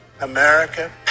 America